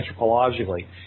anthropologically